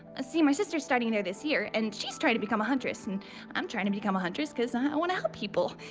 ah see, my sister's starting there this year, and she's trying to become a huntress, and i'm trying to become a huntress cause i wanna help people.